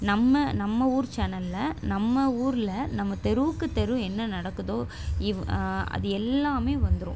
நம்ம நம்ம ஊர் சேனலில் நம்ம ஊரில் நம்ம தெருவுக்கு தெரு என்ன நடக்குதோ இவ் அது எல்லாமே வந்துடும்